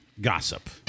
Gossip